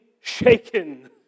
shaken